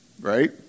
Right